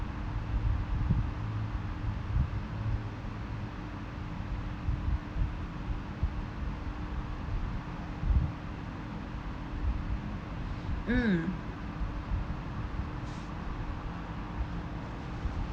mm